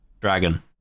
Dragon